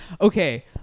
okay